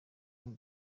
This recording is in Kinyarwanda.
umwe